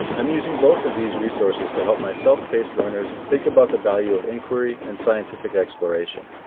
i'm using both of these resources to help my self-paced learners think about the value of inquiry and scientific exploration.